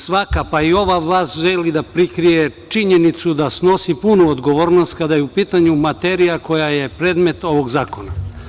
Svaka pa i ova vlast želi da prikrije činjenicu da snosi punu odgovornost kada je u pitanju materija koja je predmet ovog zakona.